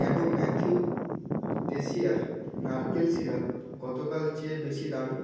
কেনো Matthew Tessier নারকেল syrup গতকাল চেয়ে বেশি দামি